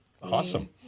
Awesome